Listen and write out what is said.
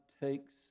takes